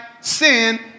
sin